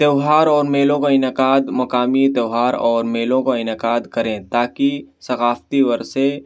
تہوار اور میلوں کا انعقاد مقامی تہوار اور میلوں کا انعقاد کریں تا کہ ثقافتی ورثے